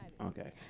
Okay